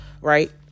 Right